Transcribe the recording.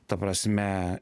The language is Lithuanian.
ta prasme